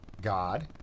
God